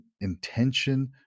intention